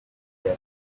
bya